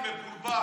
אני מבולבל.